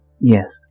yes